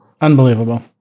Unbelievable